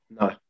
No